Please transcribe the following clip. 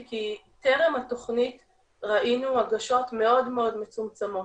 כי טרם התוכנית ראינו הגשות מאוד מאוד מצומצמות.